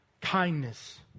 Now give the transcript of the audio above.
kindness